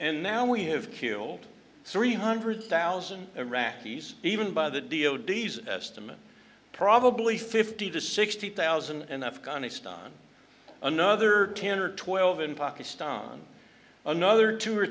and now we have killed three hundred thousand iraqis even by the d o d s estimate probably fifty to sixty thousand and afghanistan another ten or twelve in pakistan another two or